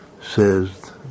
says